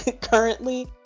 currently